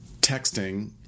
texting